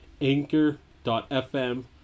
anchor.fm